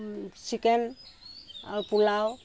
chicken আৰু পোলাও